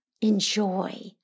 enjoy